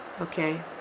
Okay